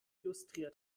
illustriert